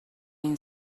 این